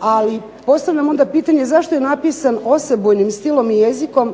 Ali postavljam onda pitanje zašto je napisan osebujnim stilom i jezikom